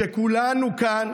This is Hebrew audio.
שכולנו כאן,